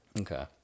Okay